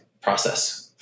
process